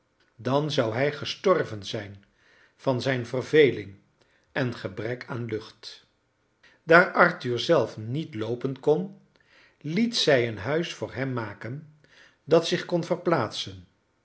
dan zou hij gestorven zijn van zijn verveling en gebrek aan lucht daar arthur zelf niet loopen kon liet zij een huis voor hem maken dat zich kon verplaatsen